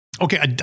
Okay